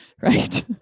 right